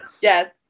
Yes